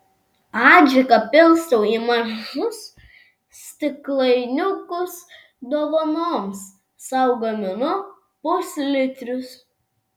adžiką pilstau į mažus stiklainiukus dovanoms sau gaminu puslitrius